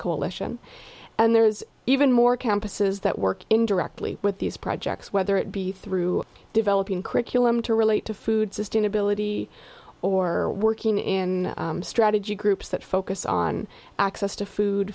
coalition and there is even more campuses that work in directly with these projects whether it be through developing curriculum to relate to food sustainability or working in strategy groups that focus on access to food